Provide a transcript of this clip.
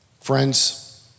Friends